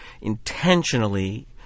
intentionally